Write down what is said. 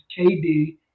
KD